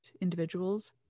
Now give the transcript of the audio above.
individuals